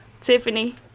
Tiffany